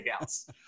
else